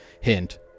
Hint